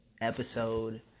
episode